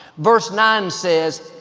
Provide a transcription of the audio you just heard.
verse nine says,